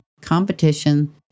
competition